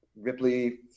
Ripley